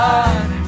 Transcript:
God